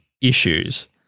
issues